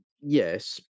yes